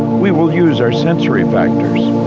we will use our sensory factors.